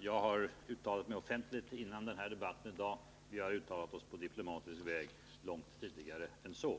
Jag har uttalat mig offentligt i den aktuella frågan före debatten i dag och vi har uttalat oss på diplomatisk väg långt tidigare än så.